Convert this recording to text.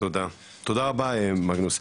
תודה רבה מגנוס.